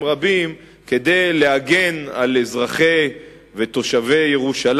רבים כדי להגן על אזרחי ירושלים ותושביה,